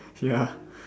ya